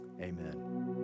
Amen